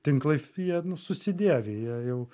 tinklai jie nu susidėvi jie jau